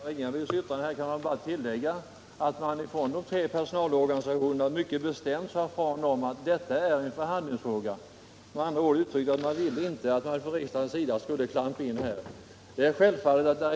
Herr talman! Till herr Ringabys yttrande här kan jag bara tillägga att representanterna för de tre personalorganisationerna mycket bestämt sade ifrån att detta är en förhandlingsfråga. Man ville med andra ord inte att riksdagen skulle klampa in där.